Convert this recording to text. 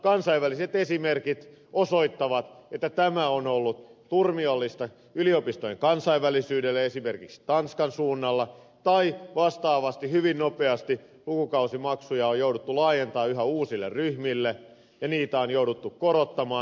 kansainväliset esimerkit osoittavat että tämä on ollut turmiollista yliopistojen kansainvälisyydelle esimerkiksi tanskan suunnalla tai vastaavasti hyvin nopeasti lukukausimaksuja on jouduttu laajentamaan yhä uusille ryhmille ja niitä on jouduttu korottamaan